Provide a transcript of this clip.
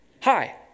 Hi